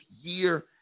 year